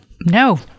No